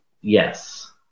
Yes